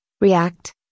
React